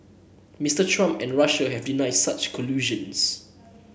Mister Trump and Russia have denied such collusions